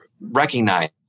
recognize